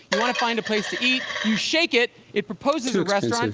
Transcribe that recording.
want to find a place to eat. you shake it. it proposes a restaurant.